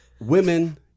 women